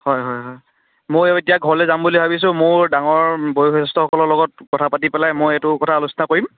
হয় হয় হয় মই এতিয়া ঘৰলে যাম বুলি ভাবিছোঁ মোৰ ডাঙৰ বয়োজ্যেষ্ঠসকলৰ লগত কথা পাতি পেলাই মই এইটো কথা আলোচনা কৰিম